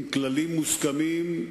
עם כללים מוסכמים,